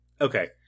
Okay